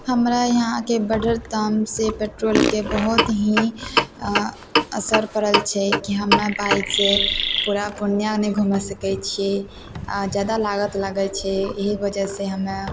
हमरा यहाँके बढ़ल दामसँ पेट्रोलके बहुत ही असर पड़ल छै कि हमे बाइकसँ पूरा पूर्णिया नहि घुमै सकै छी आओर ज्यादा लागत लागै छै इएह वजहसँ हमे